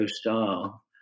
style